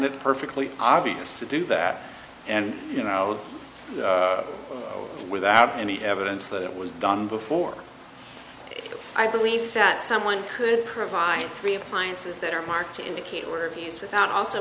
it perfectly obvious to do that and you know without any evidence that it was done before i believe that someone could provide three appliances that are marked to indicate were used without also